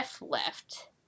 left